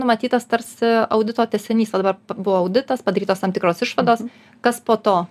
numatytas tarsi audito tęsinys va dabar buvo auditas padarytos tam tikros išvados kas po to